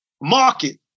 market